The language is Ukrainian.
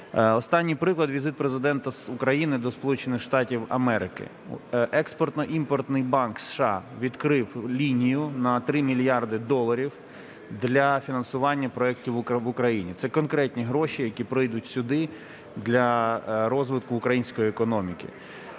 Останній приклад – візит Президента України до Сполучених Штатів Америки. Експортно-імпортний банк США відкрив лінію на 3 мільярди доларів для фінансування проекту в Україні. Це конкретні гроші, які прийдуть сюди для розвитку української економіки.